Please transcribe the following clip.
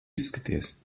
izskaties